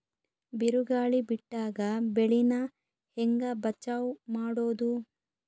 ಬಿರುಗಾಳಿ ಬಿಟ್ಟಾಗ ಬೆಳಿ ನಾ ಹೆಂಗ ಬಚಾವ್ ಮಾಡೊದು?